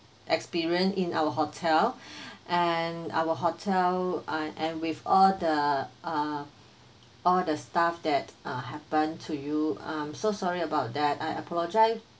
experience in our hotel and our hotel I and with all the uh all the stuff that uh happened to you I'm so sorry about that I apologise